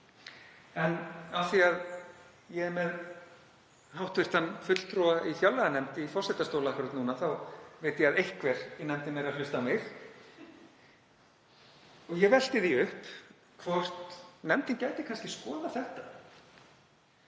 En af því ég er með hv. fulltrúa í fjárlaganefnd í forsetastóli akkúrat núna þá veit ég að einhver í nefndinni er að hlusta á mig. Ég velti því upp hvort nefndin gæti kannski skoðað þetta,